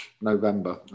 November